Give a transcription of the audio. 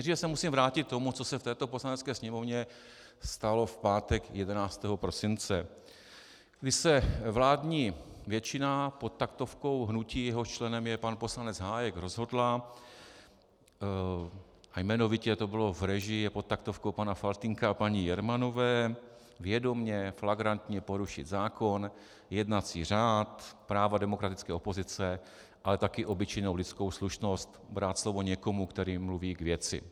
Nejdříve se musím vrátit k tomu, co se v této Poslanecké sněmovně stalo v pátek 11. prosince, kdy se vládní většina pod taktovkou hnutí, jehož členem je pan poslanec Hájek, rozhodla, jmenovitě to bylo v režii a pod taktovkou pana Faltýnka a paní Jermanové, vědomě flagrantně porušit zákon, jednací řád, práva demokratické opozice, ale také obyčejnou lidskou slušnost, brát slovo někomu, který mluví k věci.